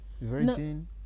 Virgin